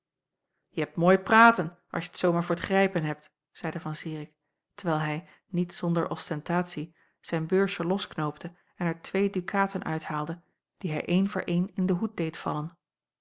je hebt mooi praten als je t zoo maar voor t grijpen hebt zeide van zirik terwijl hij niet zonder ostentatie zijn beursjen losknoopte en er twee dukaten uithaalde die hij een voor een in den hoed deed vallen